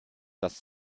das